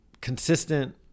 consistent